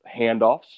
handoffs